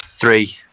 three